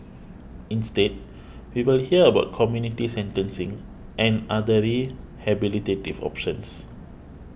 instead we will hear about community sentencing and other rehabilitative options